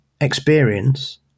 experience